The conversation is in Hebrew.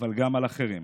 אבל גם על אחרים.